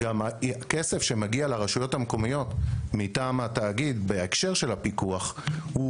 הכסף שמגיע לרשויות המקומיות מטעם התאגיד בהקשר של הפיקוח הוא